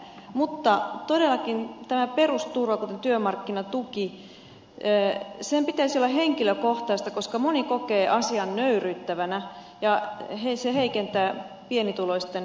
mutta todellakin tämän perusturvan kuten työmarkkinatuen pitäisi olla henkilökohtaista koska moni kokee asian nöyryyttävänä ja se heikentää pienituloisten perheiden asemaa